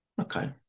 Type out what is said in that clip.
Okay